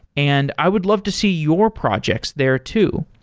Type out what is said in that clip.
and i would love to see your projects there too.